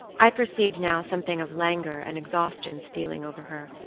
i perceived now something of languor and exhaustion stealing over her,